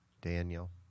Daniel